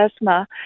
asthma